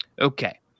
Okay